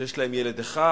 שיש להם ילד אחד,